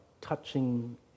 touching